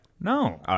No